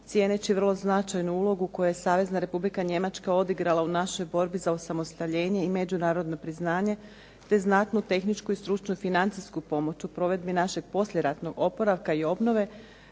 cijeneći vrlo značajnu ulogu koju je Savezna Republika Njemačka odigrala u našoj borbi za osamostaljenje i međunarodno priznanje, te znatnu tehničku i stručnu pomoć u provedbi našeg poslijeratnog oporavka i obnove